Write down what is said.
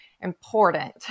important